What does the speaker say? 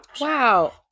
Wow